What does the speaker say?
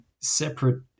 separate